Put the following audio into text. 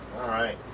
alright,